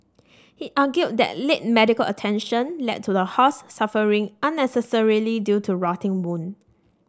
he argued that late medical attention led to the horse suffering unnecessarily due to rotting wound